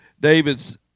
David's